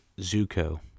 Zuko